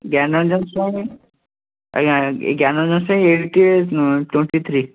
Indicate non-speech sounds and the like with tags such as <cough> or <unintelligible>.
ଜ୍ଞାନରଞ୍ଜନ ସ୍ୱାଇଁ ଆଜ୍ଞା Gyanaranjan Swain <unintelligible> twenty three